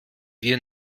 wir